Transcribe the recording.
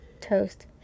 Toast